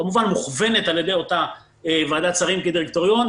כמובן מוכוונת על ידי אותה ועדת שרים כדירקטוריון,